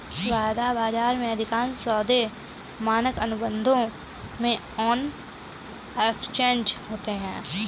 वायदा बाजार में, अधिकांश सौदे मानक अनुबंधों में ऑन एक्सचेंज होते हैं